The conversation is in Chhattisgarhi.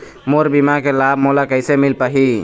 मोर बीमा के लाभ मोला कैसे मिल पाही?